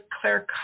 Claire